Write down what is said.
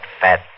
fat